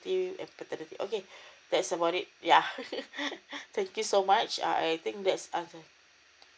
and paternity okay that's about it ya thank you so much I I think that's okay